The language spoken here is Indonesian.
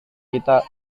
kita